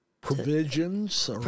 Provisions